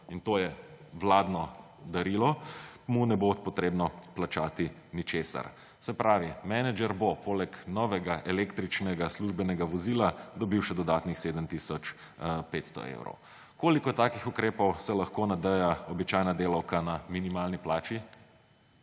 in to je vladno darilo – mu ne bo potrebno plačati ničesar. Se pravi, menedžer bo poleg novega električnega službenega vozila dobil še dodatnih 7 tisoč 500 evrov. Koliko takih ukrepov se lahko nadeja običajna delavka na minimalni plači?